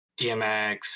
Dmx